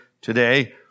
today